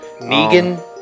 Negan